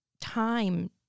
time